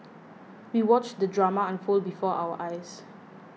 we watched the drama unfold before our eyes